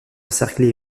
encerclé